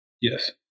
Yes